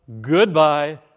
goodbye